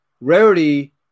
Rarity